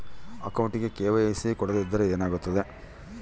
ಅಕೌಂಟಗೆ ಕೆ.ವೈ.ಸಿ ಕೊಡದಿದ್ದರೆ ಏನಾಗುತ್ತೆ?